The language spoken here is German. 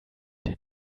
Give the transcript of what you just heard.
der